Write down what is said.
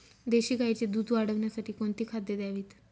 देशी गाईचे दूध वाढवण्यासाठी कोणती खाद्ये द्यावीत?